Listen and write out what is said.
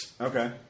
Okay